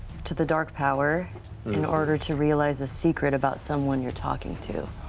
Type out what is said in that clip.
to the dark power in order to realize a secret about someone you're talking to.